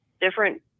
different